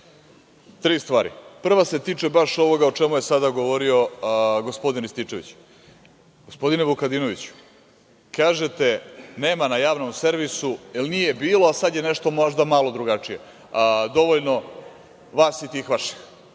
Tri stvari. Prva se tiče baš ovoga o čemu je sada govorio gospodin Rističević. Gospodine Vukadinoviću, kažete da nema na Javnom servisu, da li nije bilo, a sada je nešto malo drugačije, dovoljno vas i tih vaših? Samo